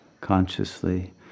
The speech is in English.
consciously